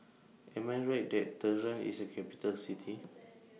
Am I Right that Tehran IS A Capital City